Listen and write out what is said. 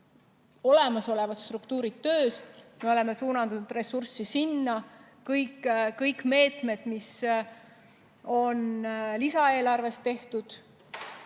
olemasolevad struktuurid töös. Me oleme suunanud ressurssi sinna. Kõik meetmed, mis on lisaeelarvest tehtud,